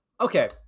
okay